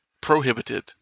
prohibited